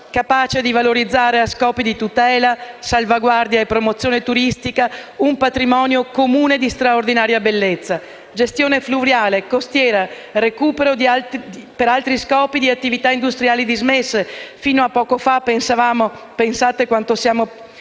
capace di valorizzare a scopi di tutela, salvaguardia e promozione turistica, un patrimonio comune di straordinaria bellezza. Gestione fluviale, costiera, recupero per altri scopi di attività industriali dismesse; fino a poco fa pensavamo - pensate quanto siamo